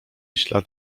ślad